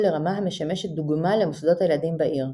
לרמה המשמשת דוגמה למוסדות-הילדים בעיר".